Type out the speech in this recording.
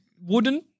wooden